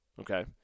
okay